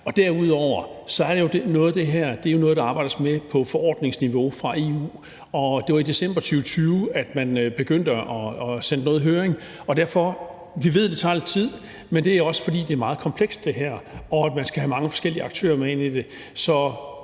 der arbejdes med på forordningsniveau fra EU, og det var i december 2020, man begyndte at sende noget i høring. Derfor vil jeg sige: Vi ved, det tager lidt tid, men det er også, fordi det her er meget komplekst, og fordi man skal have mange forskellige aktører med